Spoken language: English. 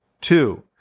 Two